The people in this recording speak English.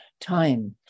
time